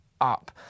up